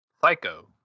Psycho